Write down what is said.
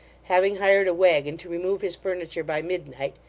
having hired a waggon to remove his furniture by midnight,